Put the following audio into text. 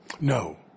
No